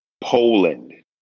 Poland